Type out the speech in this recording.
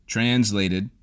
Translated